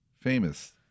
famous